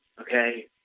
Okay